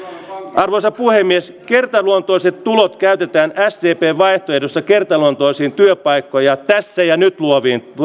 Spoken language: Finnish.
arvoisa puhemies kertaluontoiset tulot käytetään sdpn vaihtoehdossa kertaluontoisiin työpaikkoja tässä ja nyt luoviin